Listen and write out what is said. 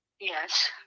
Yes